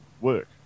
work